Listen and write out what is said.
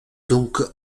donc